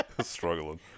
Struggling